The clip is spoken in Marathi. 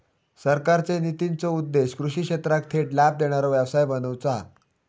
सरकारचे नितींचो उद्देश्य कृषि क्षेत्राक थेट लाभ देणारो व्यवसाय बनवुचा हा